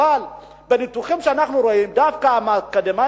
בניתוחים שאנחנו רואים דווקא שהאקדמאים